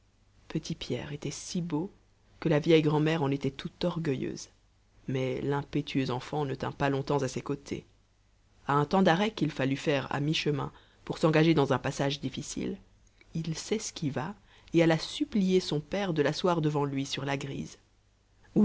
petit pierre était si beau que la vieille grandmère en était tout orgueilleuse mais l'impétueux enfant ne tint pas longtemps à ses côtés a un temps d'arrêt qu'il fallut faire à mi-chemin pour s'engager dans un passage difficile il s'esquiva et alla supplier son père de l'asseoir devant lui sur la grise